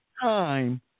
time